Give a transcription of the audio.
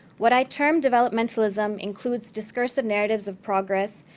what i term developmentalism includes discursive narratives of progress,